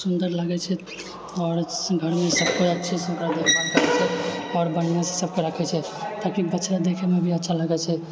सुन्दर लागैत छै आओर घरमे सभ केओ अच्छेसँ ओकरा देखभाल करैत छै आओर बढ़िआँसँ सभ केओ राखैत छै किआकि बछड़ा देखएमे भी अच्छा लागैत छै